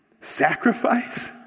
Sacrifice